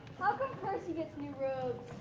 percy gets new robes?